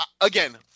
again